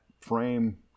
frame